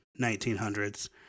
1900s